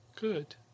Good